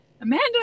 Amanda